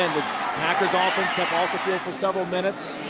packers um for several minutes.